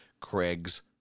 craig's